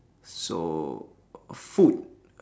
so food